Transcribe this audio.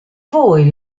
voi